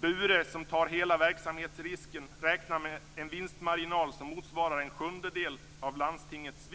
Bure, som tar hela verksamhetsrisken, räknar med en vinstmarginal som motsvarar en sjundedel av landstingets